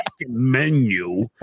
menu